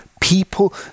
people